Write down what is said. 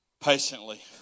patiently